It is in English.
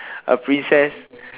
A princess